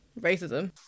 racism